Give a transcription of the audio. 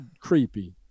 creepy